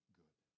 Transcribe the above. good